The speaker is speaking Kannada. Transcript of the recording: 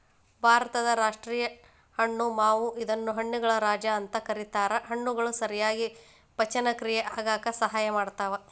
ಭಾರತದ ರಾಷ್ಟೇಯ ಹಣ್ಣು ಮಾವು ಇದನ್ನ ಹಣ್ಣುಗಳ ರಾಜ ಅಂತ ಕರೇತಾರ, ಹಣ್ಣುಗಳು ಸರಿಯಾಗಿ ಪಚನಕ್ರಿಯೆ ಆಗಾಕ ಸಹಾಯ ಮಾಡ್ತಾವ